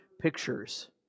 pictures